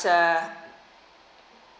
uh